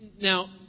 Now